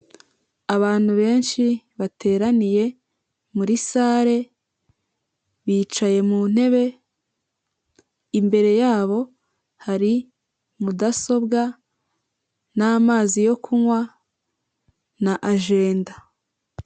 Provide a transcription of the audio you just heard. Abantu benshi bateraniye muri sale bicaye mu ntebe, imbere yabo hari mudasobwa n'amazi yo kunywa na ajenda.